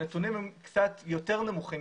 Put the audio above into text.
הנתונים הם קצת יותר נמוכים,